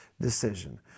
decision